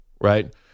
right